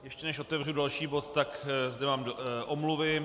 Ještě než otevřu další bod, tak zde mám omluvy.